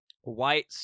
white